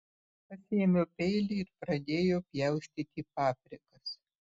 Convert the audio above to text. pasiėmiau peilį ir padėjau pjaustyti paprikas